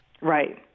Right